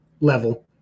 level